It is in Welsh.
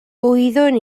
wyddwn